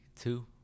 two